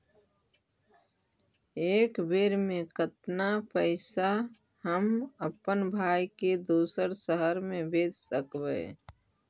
एक बेर मे कतना पैसा हम अपन भाइ के दोसर शहर मे भेज सकबै?